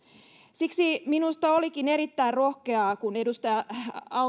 siksi minusta olikin erittäin rohkeaa kun edustaja al